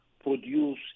produce